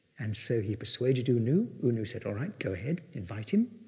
and so he persuaded u nu. u nu said, all right, go ahead, invite him.